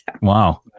Wow